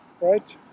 right